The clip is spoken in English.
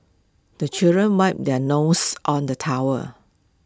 the children wipe their noses on the towel